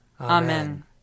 Amen